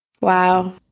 Wow